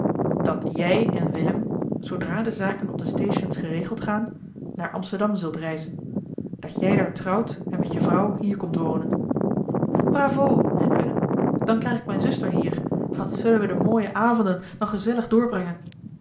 dat jij en willem zoodra de zaken op de stations geregeld gaan naar amsterdam zult reizen dat jij daar trouwt en met je vrouw hier komt wonen bravo riep willem dan krijg ik mijne zuster hier wat zullen we de mooie avonden dan gezellig doorbrengen